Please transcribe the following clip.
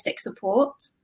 support